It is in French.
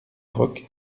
roque